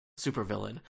supervillain